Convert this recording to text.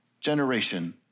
generation